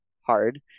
hard